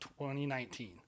2019